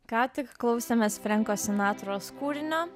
ką tik klausėmės frenko sinatros kūrinio